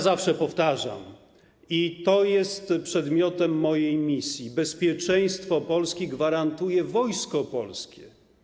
Zawsze powtarzam - i to jest przedmiotem mojej misji - bezpieczeństwo Polski gwarantuje Wojsko Polskie.